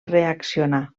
reaccionar